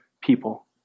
people